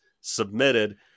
submitted